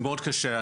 מאוד קשה,